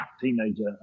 teenager